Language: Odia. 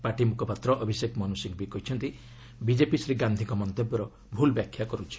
ପାର୍ଟି ମୁଖପାତ୍ର ଅଭିଷେକ୍ ମନୁ ସିଂହଭି କହିଛନ୍ତି ବିଜେପି ଶ୍ରୀ ଗାନ୍ଧିଙ୍କ ମନ୍ତବ୍ୟର ଭୁଲ୍ ବ୍ୟାଖ୍ୟା କରୁଛି